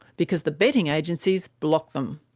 because the betting agencies block them.